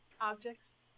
objects